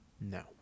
no